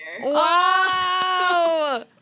Wow